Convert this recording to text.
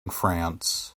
france